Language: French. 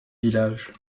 villages